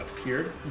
appeared